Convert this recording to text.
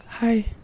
Hi